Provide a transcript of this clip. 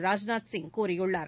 ராஜ்நாத் சிங் கூறியுள்ளார்